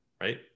Right